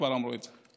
כבר אמרו את זה.